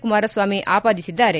Kumaraswamy ಆಪಾದಿಸಿದ್ದಾರೆ